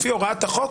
לפי הוראת החוק,